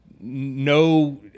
no